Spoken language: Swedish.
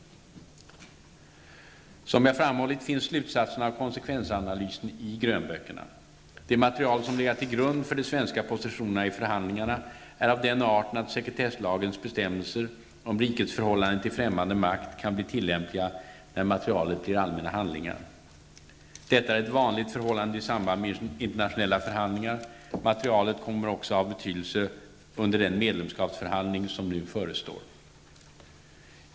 Som jag framhållit finns slutsatserna av konsekvensanalysen i grönböckerna. Det material som legat till grund för de svenska positionerna i förhandlingarna är av den arten att sekretesslagens bestämmelser om rikets förhållande till främmande makt kan bli tillämpliga när materialet blir allmänna handlingar. Detta är ett vanligt förhållande i samband med internationella förhandlingar. Materialet kommer också att ha betydelse under den medlemskapsförhandling som nu förestår.